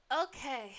okay